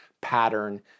pattern